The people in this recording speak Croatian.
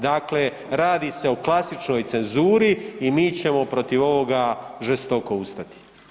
Dakle, radi se o klasičnoj cenzuri i mi ćemo protiv ovoga žestoko ustati.